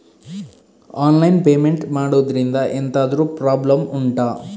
online payment ಮಾಡುದ್ರಿಂದ ಎಂತಾದ್ರೂ problem ಉಂಟಾ